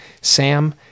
sam